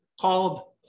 called